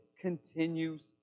continues